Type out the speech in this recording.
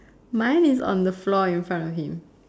mine is on the floor in front of him